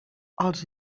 als